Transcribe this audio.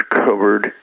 covered